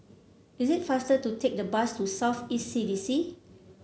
is it faster to take the bus to South East C D C